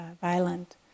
violent